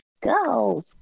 Go